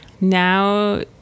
Now